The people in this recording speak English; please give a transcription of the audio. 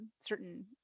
certain